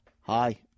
Hi